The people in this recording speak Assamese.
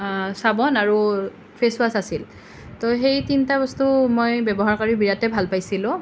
চাবোন আৰু ফেচৱাশ্ব আছিল তো সেই তিনিটা বস্তু মই ব্যৱহাৰ কৰি বিৰাটেই ভাল পাইছিলোঁ